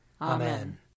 Amen